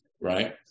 right